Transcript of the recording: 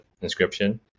inscription